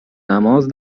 نماز